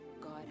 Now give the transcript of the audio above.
God